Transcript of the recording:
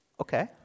Okay